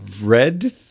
read